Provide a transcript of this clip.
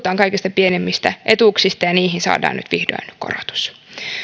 puhutaan kaikista pienimmistä etuuksista ja niihin saadaan nyt vihdoin korotus